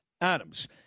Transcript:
Adams